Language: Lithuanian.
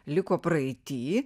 liko praeity